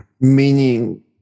Meaning